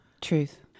Truth